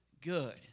good